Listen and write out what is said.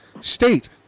state